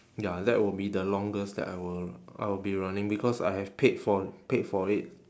ya that will be the longest that I will I will be running because I have paid for paid for it